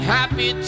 Happy